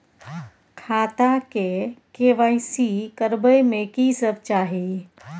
खाता के के.वाई.सी करबै में की सब चाही?